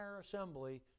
assembly